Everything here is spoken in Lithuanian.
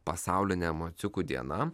pasaulinė emociukų diena